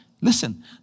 Listen